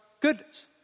goodness